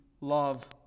love